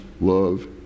love